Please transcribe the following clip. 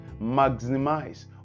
Maximize